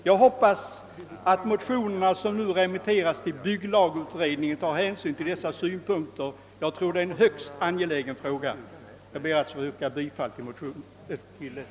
Jag hoppas att man vid behandlingen av motionerna, som nu remitteras till bygglagutredningen, tar hänsyn till dessa synpunkter; jag tror att vi behandlat en högst angelägen fråga. Herr talman! Jag ber att få yrka bifall till utskottets förslag.